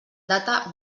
data